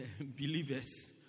believers